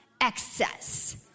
excess